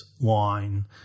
Wine